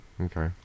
Okay